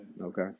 Okay